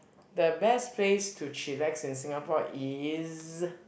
the best place to chillax in Singapore is